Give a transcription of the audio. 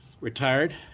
retired